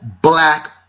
black